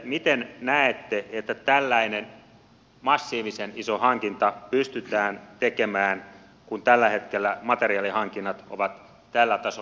miten näette että tällainen massiivisen iso hankinta pystytään tekemään kun tällä hetkellä materiaalihankinnat ovat tällä tasolla